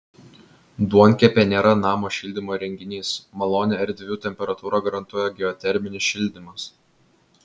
duonkepė nėra namo šildymo įrenginys malonią erdvių temperatūrą garantuoja geoterminis šildymas